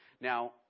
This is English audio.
Now